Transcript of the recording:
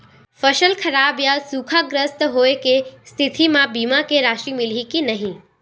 फसल खराब या सूखाग्रस्त होय के स्थिति म बीमा के राशि मिलही के नही?